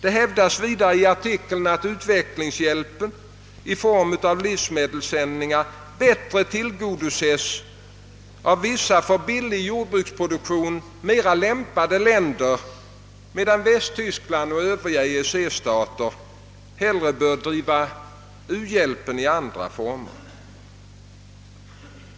Det hävdas vidare i artikeln att u-hjälpen i form av livsmedelssändningar bättre tillgodoses av vissa för billig jordbruksproduktion mera lämpade länder, medan Västtyskland och övriga EEC-stater hellre bör driva u-hjälpen i andra former.